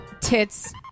tits